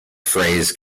phrase